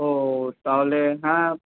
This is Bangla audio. ও তাহলে হ্যাঁ